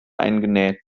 eingenäht